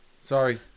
Sorry